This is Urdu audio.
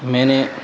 میں نے